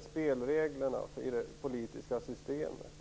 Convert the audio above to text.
spelreglerna i det politiska systemet.